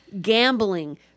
gambling